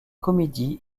comédie